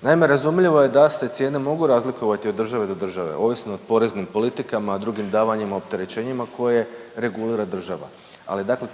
Naime, razumljivo je da se cijene mogu razlikovati od države do države, ovisno o poreznim politikama, drugim davanjima, opterećenjima koje regulira država. Ali dakle